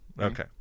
Okay